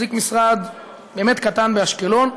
שמחזיק משרד באמת קטן, באשקלון,